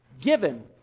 given